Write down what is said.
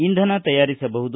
ಇಂಧನ ತಯಾರಿಸಬಹುದು